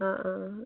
ആ ആ ആ